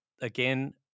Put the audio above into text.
again